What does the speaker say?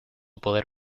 poder